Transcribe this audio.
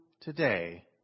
today